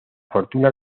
fortuna